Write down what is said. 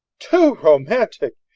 too romantic!